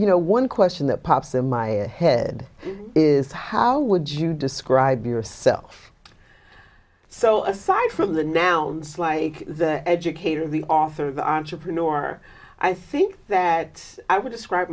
you know one question that pops in my head is how would you describe yourself so aside from the nouns like the educator the author the entrepreneur i think that i would describe